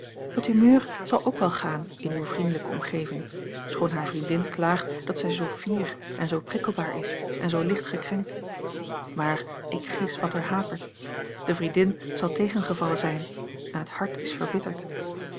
het humeur zal ook wel gaan in uwe vriendelijke omgeving schoon hare vriendin klaagt dat zij zoo fier en zoo prikkelbaar is en zoo licht gekrenkt maar ik gis wat er hapert de vriendin zal tegengevallen zijn en het hart is verbitterd